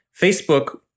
Facebook